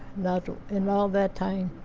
not in all that time.